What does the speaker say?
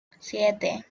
siete